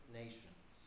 nations